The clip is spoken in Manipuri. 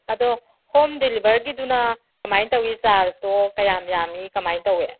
ꯑꯗꯣ ꯍꯣꯝ ꯗꯤꯂꯤꯕꯔꯒꯤꯗꯨꯅ ꯀꯃꯥꯏ ꯇꯧꯏ ꯆꯥꯔꯖꯇꯣ ꯀꯌꯥꯝ ꯌꯥꯝꯃꯤ ꯀꯃꯥꯏ ꯇꯧꯏ